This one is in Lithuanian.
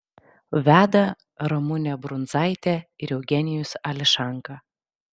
veda ramunė brundzaitė ir eugenijus ališanka